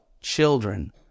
children